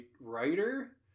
writer